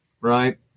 right